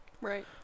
right